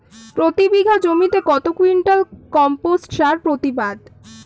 প্রতি বিঘা জমিতে কত কুইন্টাল কম্পোস্ট সার প্রতিবাদ?